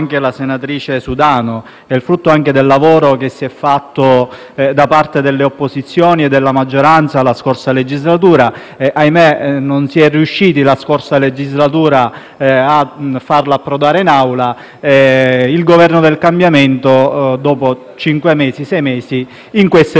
Sudano, del lavoro che si è fatto da parte delle opposizioni e della maggioranza nella scorsa legislatura e ahimè non si è riusciti, allora, a farla approdare in Aula. Il Governo del cambiamento, dopo cinque o sei mesi, in questo è riuscito.